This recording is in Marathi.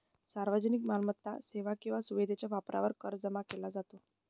सार्वजनिक मालमत्ता, सेवा किंवा सुविधेच्या वापरावर कर जमा केला जातो